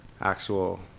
actual